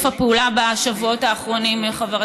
שמקצצים את השירותים הניתנים להם כחודש לפני